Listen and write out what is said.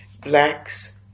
blacks